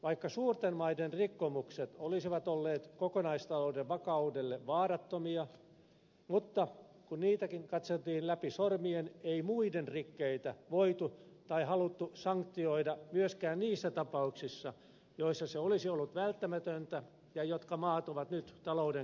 vaikka suurten maiden rikkomukset olisivat olleet kokonaistalouden vakaudelle vaarattomia mutta kun niitäkin katseltiin läpi sormien ei muiden rikkeitä voitu tai haluttu sanktioida myöskään niiden maiden yhteydessä joiden kohdalla se olisi ollut välttämätöntä ja jotka ovat nyt talouden kriisimaita